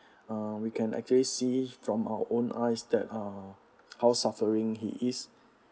uh we can actually see from our own eyes that uh how suffering he is